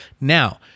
Now